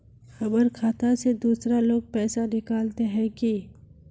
हमर खाता से दूसरा लोग पैसा निकलते है की?